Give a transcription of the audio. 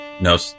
no